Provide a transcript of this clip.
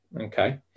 okay